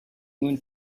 moon